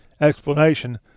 explanation